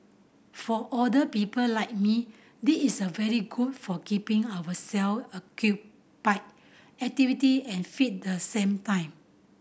for older people like me this is a very good for keeping ourself occupied activity and fit the same time